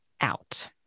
out